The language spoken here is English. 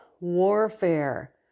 warfare